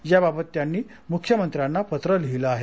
याबाबत त्यांनी मुख्यमंत्र्यांना पत्र लिहीलं आहे